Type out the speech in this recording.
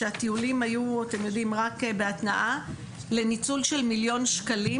כשהטיולים היו אתם יודעים רק בהתנעה לניצול של מיליון שקלים,